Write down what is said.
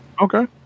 Okay